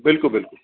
बिलकुल बिलकुल